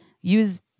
Use